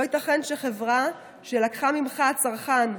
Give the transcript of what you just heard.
לא ייתכן שחברה שלקחה ממך, הצרכן,